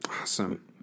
Awesome